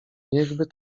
niechby